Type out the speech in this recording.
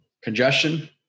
Congestion